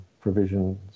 provisions